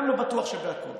וגם לא בטוח שבכול,